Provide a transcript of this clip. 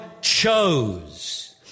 chose